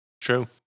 True